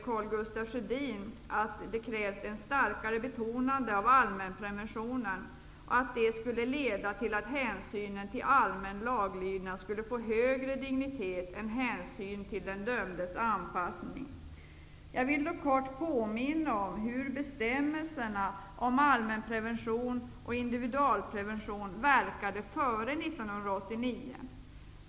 Karl Gustaf Sjödin hävdar att ett starkare betonande av allmänpreventionen skulle leda till att hänsynen till allmän laglydnad skulle få högre dignitet än hänsynen till den dömdes anpassning. Jag vill kort påminna om hur bestämmelserna om allmänprevention och individualprevention verkade före 1989.